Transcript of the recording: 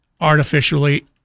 artificially